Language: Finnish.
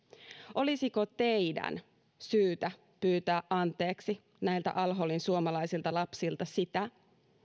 olisiko teidän syytä pyytää anteeksi näiltä al holin suomalaisilta lapsilta sitä